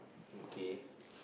okay